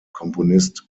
komponist